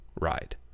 ride